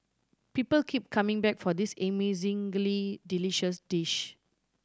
people keep coming back for this amazingly delicious dish